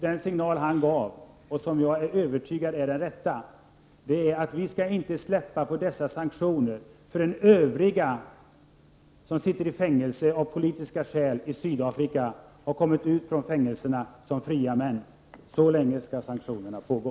Den signal han gav — jag är övertygad om att det är den rätta — var att vi inte skall släppa på sanktionerna förrän övriga som sitter i fängelse av politiska skäl i Sydafrika har kommit ut från fängelserna som fria män. Till dess skall sanktionerna pågå!